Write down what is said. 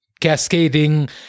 cascading